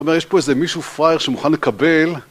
זאת אומרת יש פה איזה מישהו פראייר שמוכן לקבל